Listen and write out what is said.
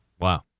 Wow